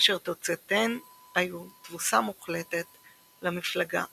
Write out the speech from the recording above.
אשר תוצאותיהן היו תבוסה מוחלטת למפלגה הקומוניסטית.